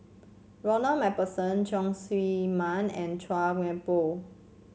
Ronald MacPherson Leong Chee Mun and Chua Thian Poh